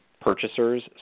purchasers